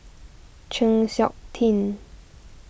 Chng Seok Tin